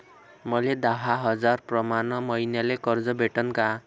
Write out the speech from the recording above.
मले दहा हजार प्रमाण मईन्याले कर्ज भेटन का?